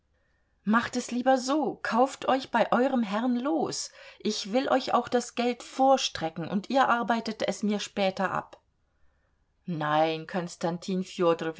macht es lieber so kauft euch bei eurem herrn los ich will euch auch das geld vorstrecken und ihr arbeitet es mir später ab nein konstantin